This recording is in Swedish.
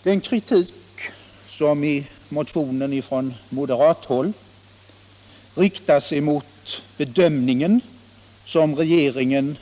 Den kritik förefaller vara mycket berättigad som i motionen från moderat håll riktas mot den bedömning som regeringen